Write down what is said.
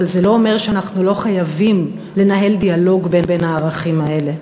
אבל זה לא אומר שאנחנו לא חייבים לנהל דיאלוג בין הערכים האלה.